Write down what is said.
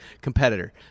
competitor